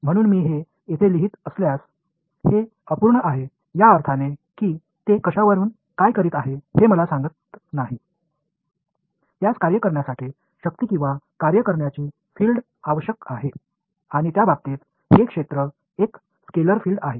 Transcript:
म्हणून मी हे येथे लिहित असल्यास हे अपूर्ण आहे या अर्थाने की ते कशावरुन काय करीत आहे हे मला सांगत नाही त्यास कार्य करण्यासाठी शक्ती किंवा कार्य करण्याची फील्ड आवश्यक आहे आणि त्या बाबतीत हे क्षेत्र एक स्केलेर फील्ड आहे